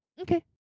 Okay